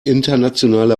internationale